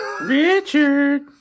Richard